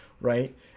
right